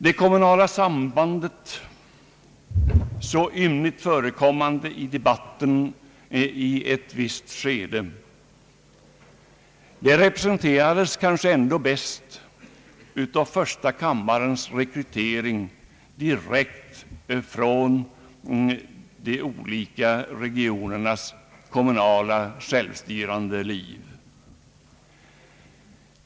Det kommunala sambandet, en fråga som ymnigt förekommit i debatten i ett visst skede, representerades tidigare kanske ändå bäst av första kammarens rekrytering från de olika regionernas kommunala självstyrande liv.